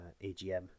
AGM